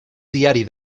diari